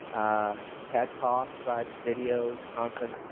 ted talks right, videos, conference.